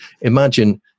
imagine